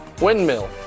windmill